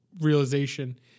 realization